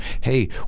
hey